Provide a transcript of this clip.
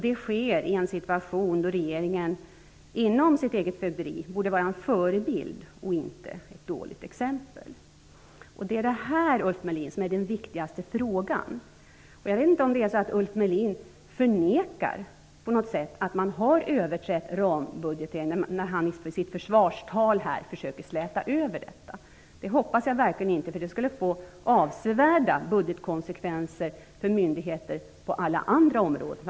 Det sker i en situation då regeringen inom sitt eget fögderi borde vara en förebild och inte ett dåligt exempel. Det är det, Ulf Melin, som är den viktigaste frågan. Jag vet inte om Ulf Melin förnekar att man har överträtt rambudgeten när han i sitt försvarstal försöker släta över detta. Jag hoppas verkligen att det inte är så. Det skulle få avsevärda budgetkonsekvenser för myndigheter på alla andra områden.